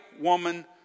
woman